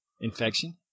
infection